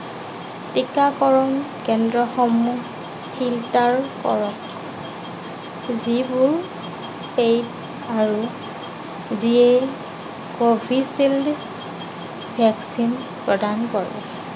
টীকাকৰণ কেন্দ্ৰসমূহ ফিল্টাৰ কৰক যিবোৰ পেইড আৰু যিয়ে কোভিচিল্ড ভেকচিন প্ৰদান কৰে